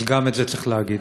אז גם את זה צריך להגיד.